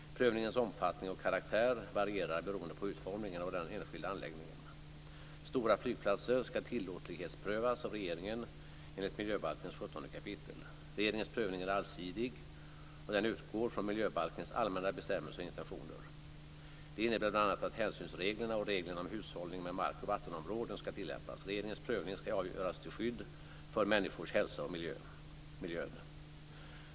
Prövningens omfattning och karaktär varierar beroende på utformningen av den enskilda anläggningen. Stora flygplatser ska tillåtlighetsprövas av regeringen enligt 17 kap. i miljöbalken. Regeringens prövning är allsidig och den utgår från miljöbalkens allmänna bestämmelser och intentioner. Detta innebär bl.a. att hänsynsreglerna och reglerna om hushållning med mark och vattenområden ska tillämpas. Regeringens prövning ska göras till skydd för människors hälsa och miljön.